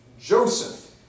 Joseph